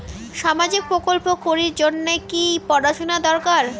সামাজিক প্রকল্প করির জন্যে কি পড়াশুনা দরকার?